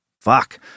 fuck